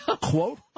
Quote